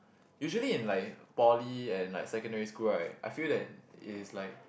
usually in like poly and like secondary school right I feel that it's like